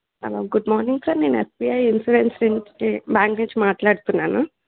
hello good morning sir నేను SBI insurance నుంచి bank నుంచి మాట్లాడుతున్నాను